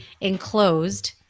enclosed